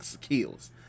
kills